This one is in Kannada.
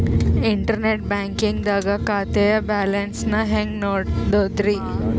ಇಂಟರ್ನೆಟ್ ಬ್ಯಾಂಕಿಂಗ್ ದಾಗ ಖಾತೆಯ ಬ್ಯಾಲೆನ್ಸ್ ನ ಹೆಂಗ್ ನೋಡುದ್ರಿ?